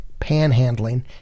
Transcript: panhandling